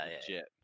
legit